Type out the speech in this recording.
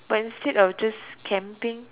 but instead of just camping